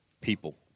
people